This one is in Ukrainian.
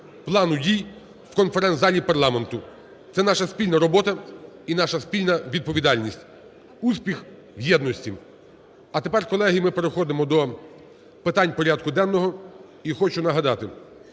плану дій в конференц-залі парламенту. Це наша спільна робота і наша спільна відповідальність. Успіх в єдності! А тепер, колеги, ми переходимо до питань порядку денного. І хочу нагадати,